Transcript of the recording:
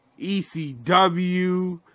ECW